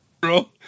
Bro